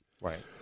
Right